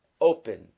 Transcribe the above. Open